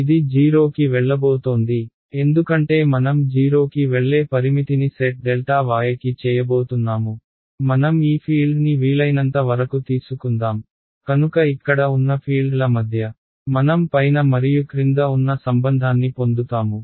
ఇది 0 కి వెళ్లబోతోంది ఎందుకంటే మనం 0 కి వెళ్లే పరిమితిని సెట్ ∆y కి చేయబోతున్నాము మనం ఈ ఫీల్డ్ని వీలైనంత వరకు తీసుకుందాం కనుక ఇక్కడ ఉన్న ఫీల్డ్ల మధ్య మనం పైన మరియు క్రింద ఉన్న సంబంధాన్ని పొందుతాము